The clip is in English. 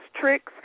tricks